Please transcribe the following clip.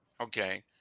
okay